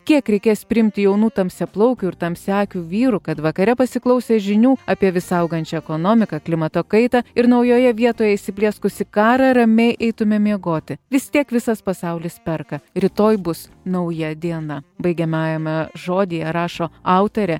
kiek reikės priimti jaunų tamsiaplaukių ir tamsiaakių vyrų kad vakare pasiklausę žinių apie vis augančią ekonomiką klimato kaitą ir naujoje vietoje įsiplieskusį karą ramiai eitume miegoti vis tiek visas pasaulis perka rytoj bus nauja diena baigiamajame žodyje rašo autorė